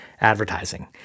advertising